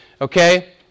Okay